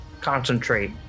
concentrate